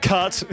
Cut